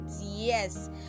yes